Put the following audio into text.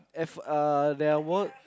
at f~ uh there were